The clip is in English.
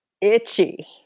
itchy